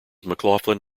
mclaughlin